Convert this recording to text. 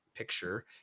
Picture